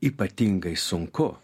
ypatingai sunku